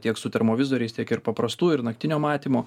tiek su termovizoriais tiek ir paprastų ir naktinio matymo